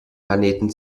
planeten